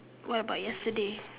what about yesterday